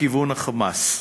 מכיוון ה"חמאס".